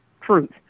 truth